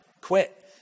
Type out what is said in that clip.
Quit